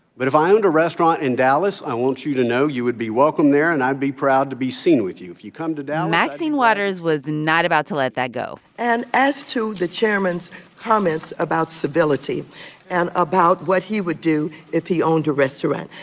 but if i owned a restaurant in dallas, i want you to know you would be welcome there. and i'd be proud to be seen with you. if you come to dallas. maxine waters was not about to let that go and as to the chairman's comments about civility and about what he would do if he owned a restaurant,